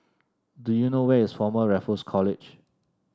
do you know where is Former Raffles College